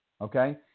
okay